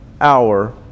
hour